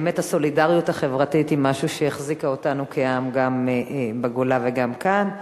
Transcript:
באמת הסולידריות החברתית היא משהו שהחזיק אותנו כעם גם בגולה וגם כאן.